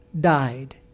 died